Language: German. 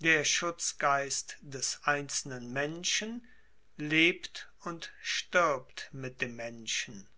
der schutzgeist des einzelnen menschen lebt und stirbt mit dem menschen